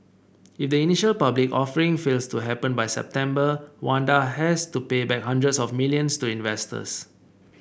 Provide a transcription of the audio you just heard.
if the initial public offering fails to happen by September Wanda has to pay back hundreds of millions to investors